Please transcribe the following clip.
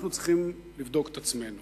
אנחנו צריכים לבדוק את עצמנו.